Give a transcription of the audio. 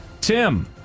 Tim